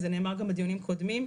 זה נאמר גם בדיונים קודמים.